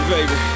baby